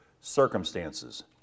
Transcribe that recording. circumstances